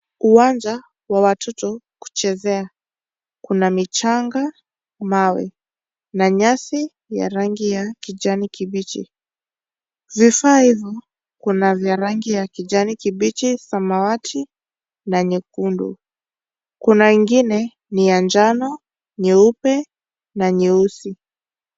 Uwanja wa watoto kuchezea. Kuna michanga, mawe na nyasi ya rangi ya kijani kibichi. Vifaa hivyo kuna vya rangi ya kijani kibichi, samawati na nyekundu. Kuna ingine ni ya njano, nyeupe na nyeusi.